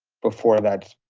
before that,